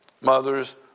Mothers